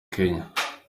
kenya